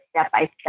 step-by-step